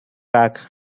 back